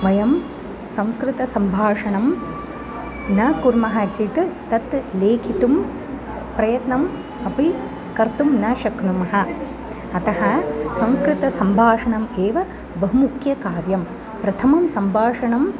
वयं संस्कृतसम्भाषणं न कुर्मः चेत् तत् लेखितुं प्रयत्नम् अपि कर्तुं न शक्नुमः अतः संस्कृतसम्भाषणम् एव बहु मुख्यकार्यं प्रथमं सम्भाषणम्